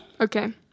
Okay